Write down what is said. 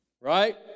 Right